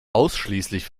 ausschließlich